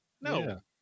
No